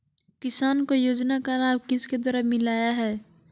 किसान को योजना का लाभ किसके द्वारा मिलाया है?